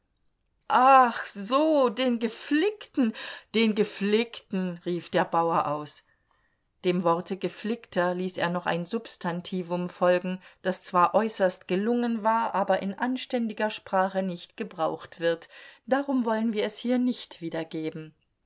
ach so den geflickten den geflickten rief der bauer aus dem worte geflickter ließ er noch ein substantivum folgen das zwar äußerst gelungen war aber in anständiger sprache nicht gebraucht wird darum wollen wir es hier nicht wiedergeben